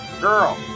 girl